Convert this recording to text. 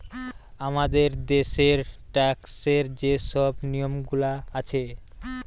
আমাদের দ্যাশের ট্যাক্সের যে শব নিয়মগুলা আছে